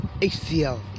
hcl